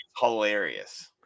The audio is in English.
hilarious